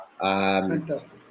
Fantastic